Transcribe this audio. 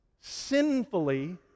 sinfully